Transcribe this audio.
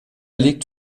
legt